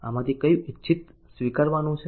આમાંથી કયું ઇચ્છિત સ્વીકારવાનું છે